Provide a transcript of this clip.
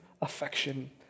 affection